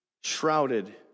shrouded